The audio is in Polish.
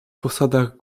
posadach